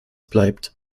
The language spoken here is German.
bleibt